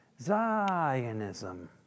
Zionism